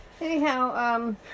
Anyhow